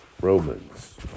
Romans